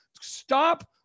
Stop